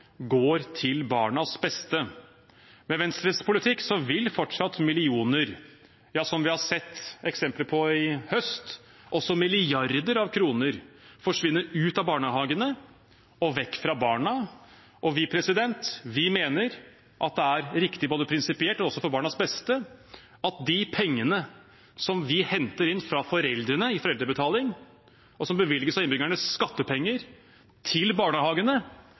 går til barnas beste. Med Venstres politikk vil fortsatt millioner – ja, som vi har sett eksempler på i høst, også milliarder av kroner forsvinne ut av barnehagene og vekk fra barna. Vi mener at det er riktig både prinsipielt og også for barnas beste at de pengene som vi henter inn fra foreldrene i foreldrebetaling, og det som bevilges gjennom innbyggernes skattepenger til barnehagene,